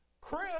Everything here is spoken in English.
Chris